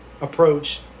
approach